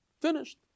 Finished